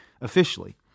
officially